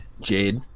Jade